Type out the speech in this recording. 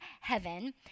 heaven